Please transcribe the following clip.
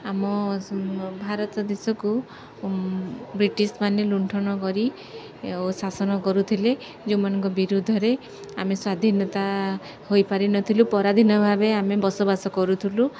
ଆମ ଭାରତ ଦେଶକୁ ବ୍ରିଟିଶ୍ମାନେ ଲୁଣ୍ଠନ କରି ଓ ଶାସନ କରୁଥିଲେ ଯେଉଁମାନଙ୍କ ବିରୁଦ୍ଧରେ ଆମେ ସ୍ଵାଧୀନତା ହୋଇପାରିନଥିଲୁ ପରାଧୀିନ ଭାବେ ଆମେ ବସବାସ କରୁଥିଲୁ